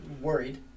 worried